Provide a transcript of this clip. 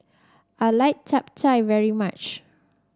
I like Chap Chai very much